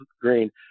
green